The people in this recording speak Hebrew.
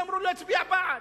מי שאמרו לו להצביע בעד,